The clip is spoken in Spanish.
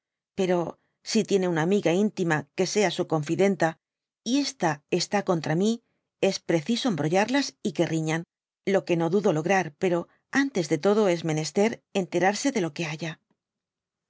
pero si tiene mía niga intima que sea su oonfídenta y esta está ccmtra mi es preciso embrollarlas y que riñan lo que no dudo lograr pero antes de todo es menester enterarse de lo que haya ayer